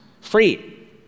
Free